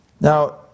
Now